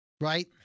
Right